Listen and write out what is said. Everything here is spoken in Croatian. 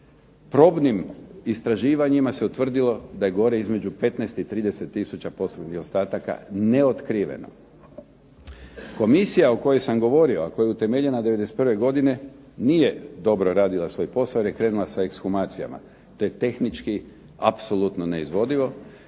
probnim istraživanjima se utvrdilo da je gore između 15 i 30 tisuća posthumnih ostataka neotkriveno. Komisija o kojoj sam govorio, a koja je utemeljena '91. godine nije dobro radila svoj posao jer je krenula s ekshumacijama. To je tehnički apsolutno neizvodivo.